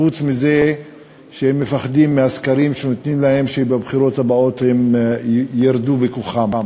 חוץ מזה שהם מפחדים מפני שלפי הסקרים בבחירות הבאות הם ירדו בכוחם.